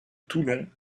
toulon